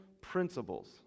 principles